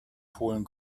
polen